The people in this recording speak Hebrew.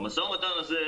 במשא ומתן הזה,